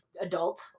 adult